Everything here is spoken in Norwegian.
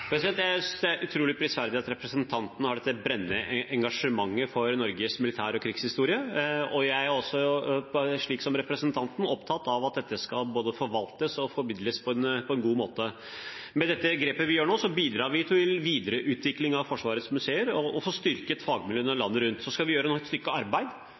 Jeg synes det er utrolig prisverdig at representanten har dette brennende engasjementet for Norges militær- og krigshistorie, og jeg er også, som representanten, opptatt av at dette skal både forvaltes og formidles på en god måte. Med det grepet vi gjør nå, bidrar vi til videreutvikling av Forsvarets museer og får styrket fagmiljøene landet rundt. Så skal vi gjøre et godt stykke arbeid